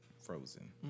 Frozen